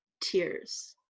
tears